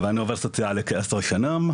ואני עובד סוציאלי כעשר שנים,